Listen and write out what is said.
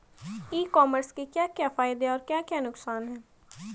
ई commerce के क्या क्या फायदे और क्या क्या नुकसान है?